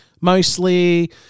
mostly